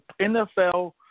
NFL